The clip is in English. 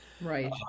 Right